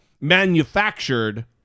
manufactured